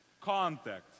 contact